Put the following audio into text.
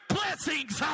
blessings